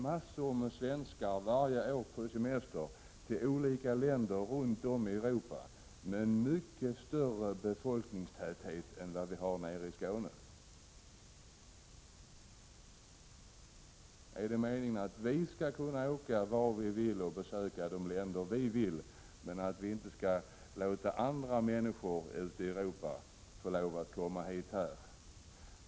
Massor av svenskar åker varje år på semester till olika länder runt om i Europa med en mycket större befolkningstäthet än vad vi har i Skåne. Är det meningen att vi skall kunna åka vart vi vill och besöka de länder vi vill men att vi inte skall låta andra människor i Europa få komma hit till oss?